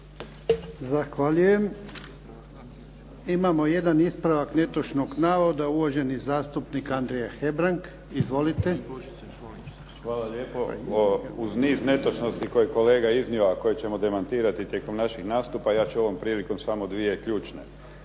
Zahvaljujem. Imamo jedan ispravak netočnog navoda, uvaženi zastupnik Andrija Hebrang. **Hebrang, Andrija (HDZ)** Hvala lijepo. Uz niz netočnosti koje je kolega iznio, a koje ćemo demantirati tijekom naših nastupa, ja ću ovom prilikom samo dvije ključne.